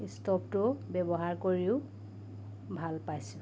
ষ্ট'ভটো ব্যৱহাৰ কৰিও ভাল পাইছোঁ